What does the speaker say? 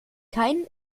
kein